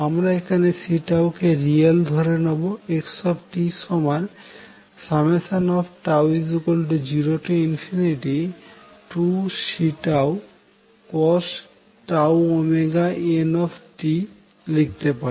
আমরা এখন C কে রিয়েল ধরে নিয়ে xtτ02Ccosτωnt লিখতে পারি